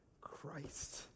Christ